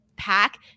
pack